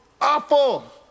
Awful